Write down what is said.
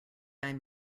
i’m